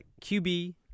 QB